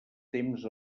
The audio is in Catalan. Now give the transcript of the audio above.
temps